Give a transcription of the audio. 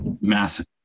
massive